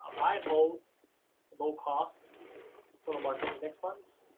ah buy and hold low cost total market index funds,